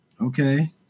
Okay